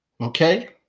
Okay